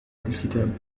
الكتاب